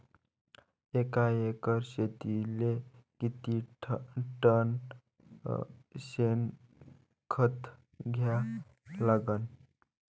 एका एकर शेतीले किती टन शेन खत द्या लागन?